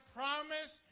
promise